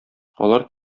алар